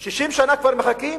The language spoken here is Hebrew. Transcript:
60 שנה כבר מחכים?